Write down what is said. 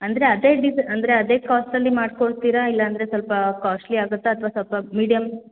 ಅಂದರೆ ಅದೇ ಡಿಸೈ ಅಂದರೆ ಅದೇ ಕಾಸ್ಟ್ ಅಲ್ಲಿ ಮಾಡಿಕೊಡ್ತೀರಾ ಇಲ್ಲಾಂದರೆ ಸ್ವಲ್ಪ ಕಾಸ್ಟ್ಲಿ ಆಗುತ್ತಾ ಅಥ್ವಾ ಸ್ವಲ್ಪ ಮೀಡಿಯಮ್